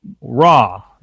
Raw